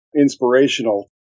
inspirational